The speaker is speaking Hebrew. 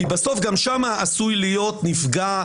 כי בסוף גם שם עשוי להיות נפגע,